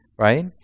right